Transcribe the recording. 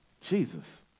Jesus